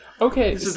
Okay